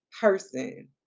person